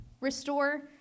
restore